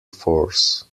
force